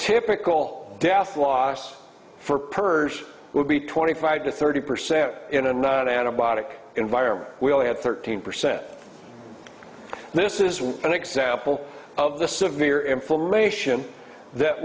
typical death loss for purse would be twenty five to thirty percent in a non antibiotic environment we only had thirteen percent this is an example of the severe inflammation that